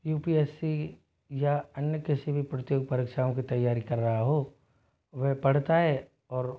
you P S C या अन्य किसी भी प्रतययोग परीक्षाओं की तैयारी कर रहा हो वह पढ़ता है और